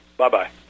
Bye-bye